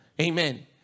Amen